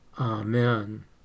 Amen